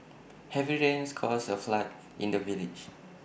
heavy rains caused A flood in the village